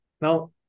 Now